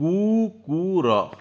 କୁକୁର